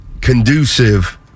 conducive